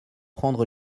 prendre